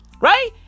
right